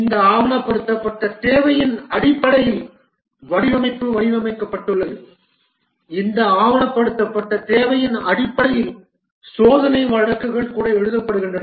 இந்த ஆவணப்படுத்தப்பட்ட தேவையின் அடிப்படையில் வடிவமைப்பு வடிவமைக்கப்பட்டுள்ளது இந்த ஆவணப்படுத்தப்பட்ட தேவையின் அடிப்படையில் சோதனை வழக்குகள் கூட எழுதப்படுகின்றன